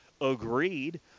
agreed